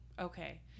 Okay